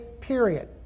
period